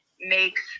makes